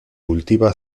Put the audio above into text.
cultiva